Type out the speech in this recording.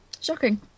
Shocking